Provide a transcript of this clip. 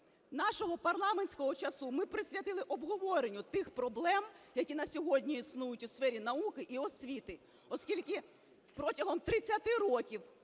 нашого парламентського часу ми присвятили обговоренню тих проблем, які на сьогодні існують у сфері науки і освіти, оскільки протягом 30 років